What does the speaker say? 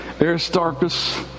Aristarchus